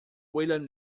william